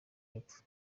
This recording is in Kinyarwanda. y’epfo